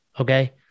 okay